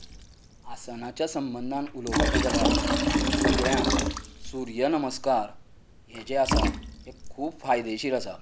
आसनाच्या संबंदात उलोवपाचे जाल्यार सगळ्यांत सुर्य नमस्कार हे जे आसा हे खूब फायदेशीर आसात